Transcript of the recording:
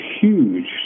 huge